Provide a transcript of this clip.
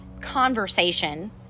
conversation